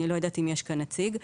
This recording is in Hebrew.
אני לא יודעת אם יש כאן נציג.